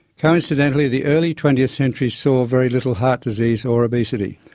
coincidentally, the early twentieth century saw very little heart disease or obesity,